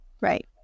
Right